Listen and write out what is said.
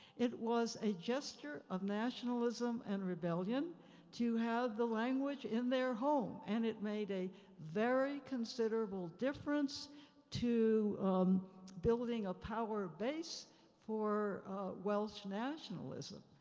it was a gesture of nationalism and rebellion to have the language in their home. and it made a very considerable difference to building a power base for welsh nationalism.